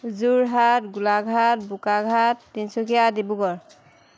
Jorhat Golaghat Bokakhat Tinsukia Dibrugarh